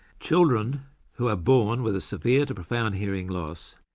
children who are born with a severe-to-profound hearing loss,